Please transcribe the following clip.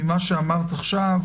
ממה שאמרת עכשיו,